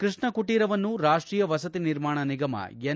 ಕೃಷ್ಣ ಕುಟೀರವನ್ನು ರಾಷ್ಟೀಯ ವಸತಿ ನಿರ್ಮಾಣ ನಿಗಮ ಎನ್